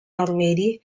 already